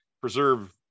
preserve